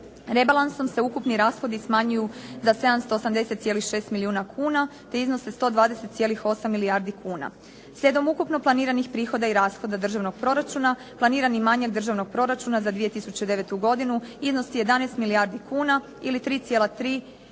Rebalansom se ukupni rashodi smanjuju za 780.6 milijuna kuna te iznose 120,8 milijardi kuna. Slijedom ukupno planiranih prihoda i rashoda Državnog proračuna, planirani manjak Državnog proračuna za 2009. godinu iznosi 11 milijardi kuna ili 3,3%